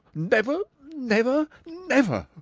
never never never.